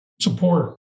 support